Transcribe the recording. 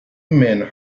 men